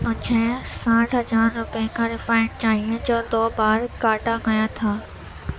مجھے ساٹھ ہزار روپے کا ریفائنڈ چاہیے جو دو بار کاٹا گیا تھا